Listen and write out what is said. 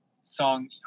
song